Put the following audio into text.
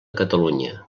catalunya